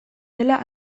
dela